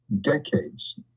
decades